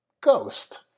Ghost